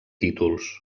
títols